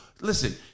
Listen